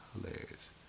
Hilarious